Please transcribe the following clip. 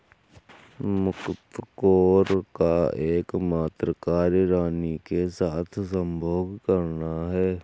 मुकत्कोर का एकमात्र कार्य रानी के साथ संभोग करना है